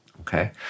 Okay